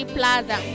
Plaza